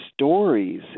stories